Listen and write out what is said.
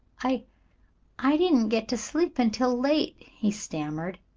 i i didn't get to sleep until late, he stammered.